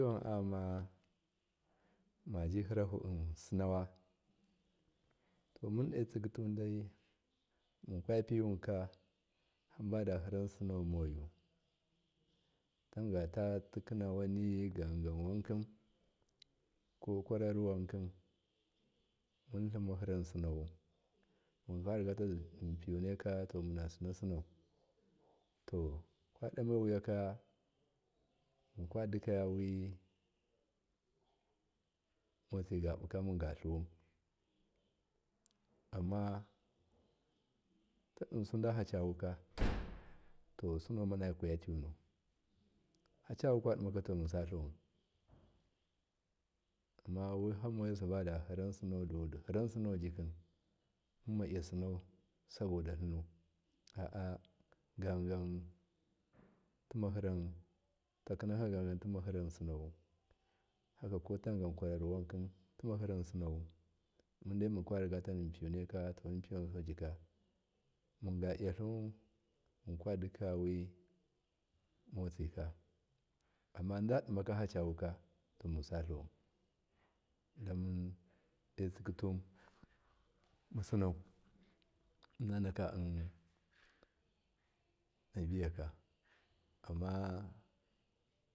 To amma majihirahu sinawa to mundo tsigi tuwundai munkwapiyuwunka hamba dahiransina moyu tamgata tigina wanni gagun wanki ko kwarari wanki muntlima yiran sinowau munka rigata mun piyunaika to muna sina sinau to adamewi yaka munkwadika wuri matsigabuka mungatluwun amma tadi suda ha cawuka to si nauma kuyatiyunu acawu kwa dimaka to munsatluwun amma wihamneyi hamba da hiran sinowu dudi hiransinojikin dumunmaiya sinau saboda tlanu aa gag an tima hiran sinowu takinaki gogan tima hiransino wu haka kotangan kwarai wanka tima hiran sinowu mundai munkwarigatamunpiyunai to mun piyaub nsujika mungalyathluwan munklidi kaya motsika ammadadimaka hacawuka to mansa sluwan dan elsigituwun sinau ninika him aviyaka amma.